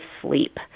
sleep